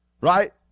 right